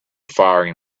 firing